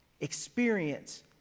experience